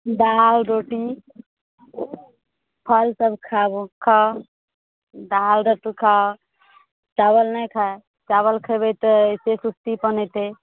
दालि रोटी फल सब खाउ खाउ दालि रोटी खाउ चावल नहि खाउ चावल खयबै तऽ एहिसे सुस्तीपन एतै